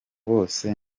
bose